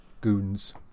Goons